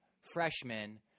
freshmen